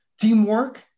teamwork